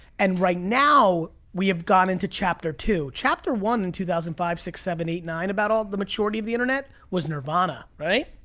and right now, we have gone into chapter two. chapter one in two thousand and five, six, seven, eight, nine, about all the maturity of the internet was nirvana, right?